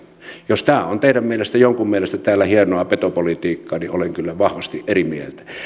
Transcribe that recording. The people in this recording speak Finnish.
jos tämä on teidän mielestänne täällä jonkun mielestä hienoa petopolitiikkaa niin olen kyllä vahvasti eri mieltä